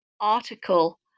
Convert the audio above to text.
article